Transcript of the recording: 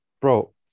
bro